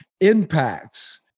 impacts